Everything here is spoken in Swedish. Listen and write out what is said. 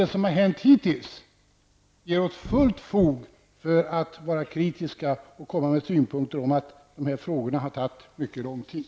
Det som hänt hittills ger oss fullt fog för att vara kritiska och komma med synpunkter på att dessa frågor har tagit mycket lång tid.